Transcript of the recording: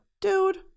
Dude